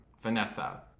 Vanessa